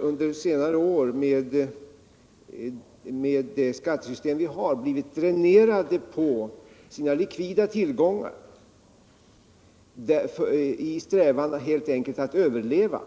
under senare år, med det skattesystem vi har, blivit dränerade på sina likvida tillgångar helt enkelt i sin strävan att överleva.